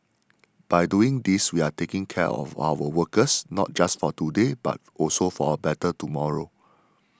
by doing these we are taking care of our workers not just for today but also for a better tomorrow